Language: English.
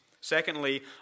Secondly